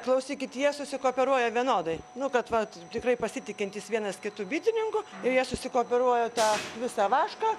klausykit jie susikooperuoja vienodai nu kad vat tikrai pasitikintys vienas kitu bitininku ir jie susikooperuoja tą visą vašką